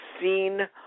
seen